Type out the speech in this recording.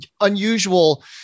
unusual